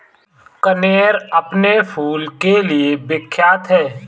कनेर अपने फूल के लिए विख्यात है